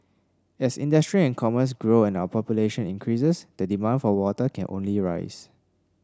as industry and commerce grow and our population increases the demand for water can only rise